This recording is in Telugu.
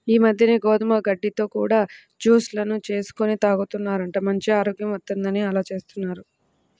ఈ మద్దెన గోధుమ గడ్డితో కూడా జూస్ లను చేసుకొని తాగుతున్నారంట, మంచి ఆరోగ్యం వత్తందని అలా జేత్తన్నారు